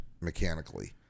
mechanically